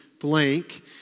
blank